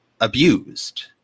abused